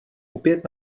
opět